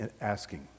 asking